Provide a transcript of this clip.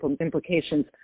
implications